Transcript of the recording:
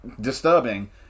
disturbing